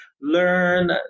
learn